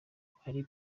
hari